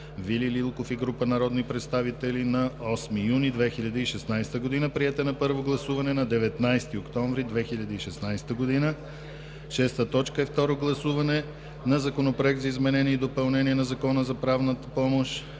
Вили Лилков и група народни представители на 8 юни 2016 г. Приет е на първо гласуване на 19 октомври 2016 г. 6. Второ гласуване на Законопроект за изменение и допълнение на Закона за правната помощ.